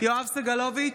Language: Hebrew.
יואב סגלוביץ'